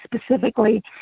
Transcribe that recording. specifically